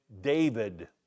David